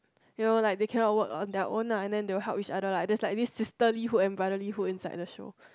you know like they cannot work on their own lah then they will help each other like there's slightly sisterhood and brotherhood inside the show